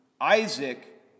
Isaac